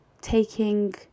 taking